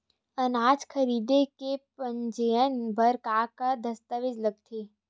अनाज खरीदे के पंजीयन बर का का दस्तावेज लगथे?